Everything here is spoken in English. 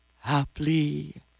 Happily